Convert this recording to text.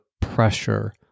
pressure